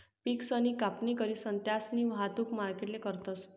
पिकसनी कापणी करीसन त्यास्नी वाहतुक मार्केटले करतस